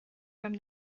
from